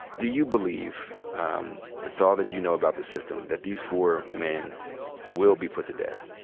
do you believe with all that you know about the system that these four men will be put to death?